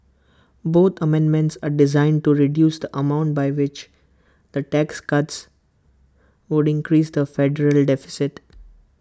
both amendments are designed to reduce the amount by which the tax cuts would increase the federal deficit